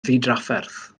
ddidrafferth